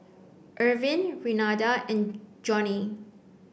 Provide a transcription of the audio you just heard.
Ervin Renada and Johnnie